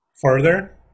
further